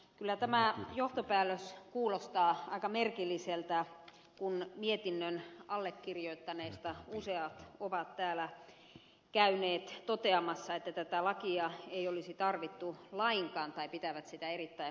kyllä tämä johtopäätös kuulostaa aika merkilliseltä kun mietinnön allekirjoittaneista useat ovat täällä käyneet toteamassa että tätä lakia ei olisi tarvittu lainkaan tai pitävät sitä erittäin huonona